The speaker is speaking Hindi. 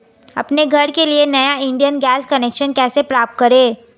अपने घर के लिए नया इंडियन गैस कनेक्शन कैसे प्राप्त करें?